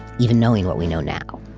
even knowing what we know now.